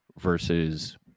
versus